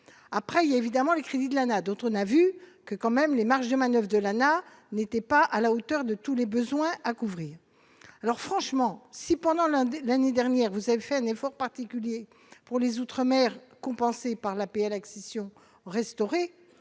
après il y a évidemment les crédits de d'autre n'a vu que quand même les marges de manoeuvre et de n'était pas à la hauteur de tous les besoins à couvrir alors franchement cependant l'un des l'année dernière, vous avez fait un effort particulier pour les Outre-Mer compensée par l'APL accession restaurer,